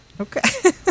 Okay